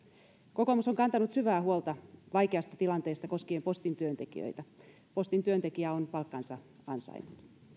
kokoomus on kantanut syvää huolta vaikeasta tilanteesta koskien postin työntekijöitä postin työntekijä on palkkansa ansainnut